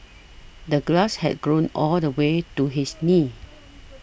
the grass had grown all the way to his knees